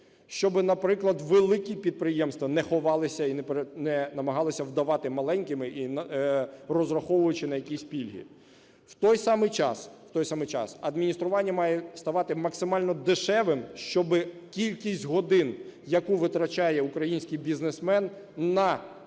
Щоб, наприклад, великі підприємства не ховалися і не намагалися вдаватись маленькими, розраховуючи на якісь пільги. В той саме час… В той саме час адміністрування має ставати максимально дешевим, щоб кількість годин, яку витрачає український бізнесмен на оплату